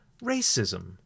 racism